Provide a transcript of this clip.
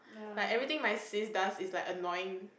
like everything my sis does is like annoying